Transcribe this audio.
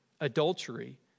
adultery